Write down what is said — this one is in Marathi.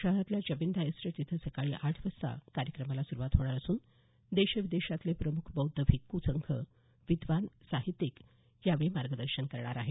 शहरातल्या जबिंदा इस्टेट इथं सकाळी आठ वाजता कार्यक्रमाला सुरुवात होणार असून देश विदेशातले प्रमुख बौध्द भिक्खू संघ विद्वान साहित्यिक यावेळी मार्गदर्शन करणार आहेत